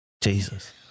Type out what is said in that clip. Jesus